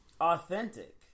authentic